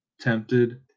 tempted